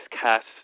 cast